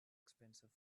expensive